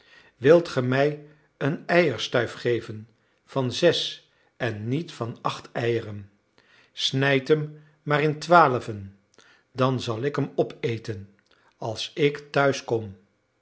wilt ge mij een eierstruif geven van zes en niet van acht eieren snijd hem maar in twaalven dan zal ik hem opeten als ik